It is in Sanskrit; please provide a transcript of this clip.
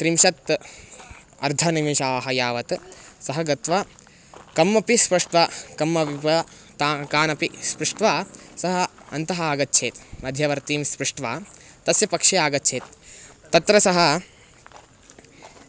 त्रिंशत् अर्धनिमेषं यावत् सः गत्वा कम् अपि स्पृष्ट्वा कम् ता कानपि स्पृष्ट्वा सः अन्तः आगच्छेत् मध्यवर्तीं स्पृष्ट्वा तस्य पक्षे आगच्छेत् तत्र सः